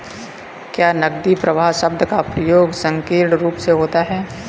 क्या नकदी प्रवाह शब्द का प्रयोग संकीर्ण रूप से होता है?